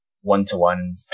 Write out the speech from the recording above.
one-to-one